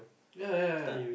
ya ya ya